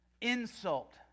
insult